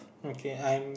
okay I'm